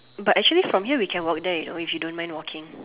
but actually from here we can walk there you know if you don't mind walking